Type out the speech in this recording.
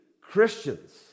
Christians